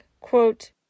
Quote